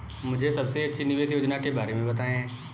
मुझे सबसे अच्छी निवेश योजना के बारे में बताएँ?